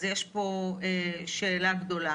אז יש פה שאלה גדולה.